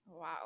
Wow